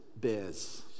bears